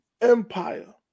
Empire